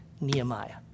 Nehemiah